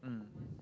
mm